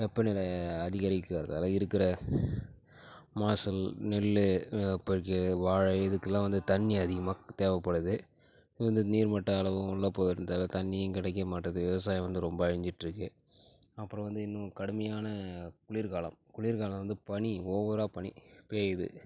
வெப்பநிலை அதிகரிக்கிறதால இருக்கிற மகசூல் நெல் இப்போக்கி வாழை இதுக்குலாம் வந்து தண்ணி அதிகமாக தேவைப்படுது வந்து நீர் மட்ட அளவும் உள்ள போயிடுறதால தண்ணியும் கிடைக்க மாட்டுது விவசாயம் வந்து ரொம்ப அழிஞ்சிட்டுருக்கு அப்புறம் வந்து இன்னும் கடுமையான குளிர்காலம் குளிர்காலம் வந்து பனி ஓவராக பனி பெய்யுது